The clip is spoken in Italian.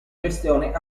gestione